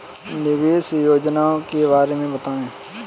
निवेश योजनाओं के बारे में बताएँ?